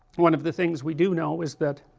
one of the things we do know is that,